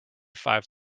five